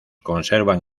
conservan